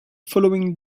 following